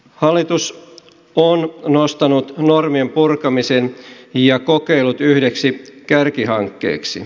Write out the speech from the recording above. hallitus on nostanut normien purkamisen ja kokeilut yhdeksi kärkihankkeeksi